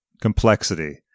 complexity